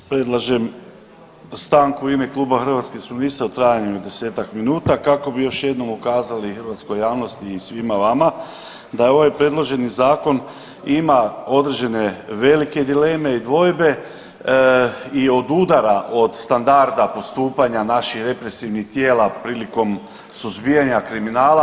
Predlažem stanku u ime Kluba Hrvatskih suverenista u trajanju od 10-tak minuta kako bi još jednom ukazali hrvatskoj javnosti i svima vama da ovaj predloženi zakon ima određene velike dileme i dvojbe i odudara od standarda postupanja naših represivnih tijela prilikom suzbijanja kriminala.